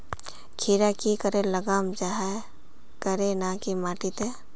खीरा की करे लगाम जाहाँ करे ना की माटी त?